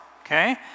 okay